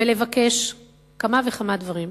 ולבקש כמה וכמה דברים.